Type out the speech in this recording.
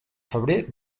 febrer